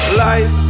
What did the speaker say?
life